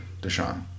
Deshaun